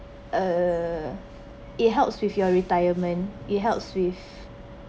err it helps with your retirement it helps with